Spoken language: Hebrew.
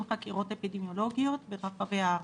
חקירות אפידמיולוגיות ברחבי הארץ.